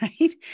right